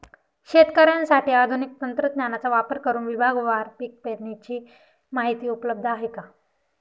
शेतकऱ्यांसाठी आधुनिक तंत्रज्ञानाचा वापर करुन विभागवार पीक पेरणीची माहिती उपलब्ध आहे का?